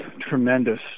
tremendous